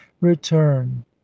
return